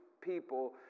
people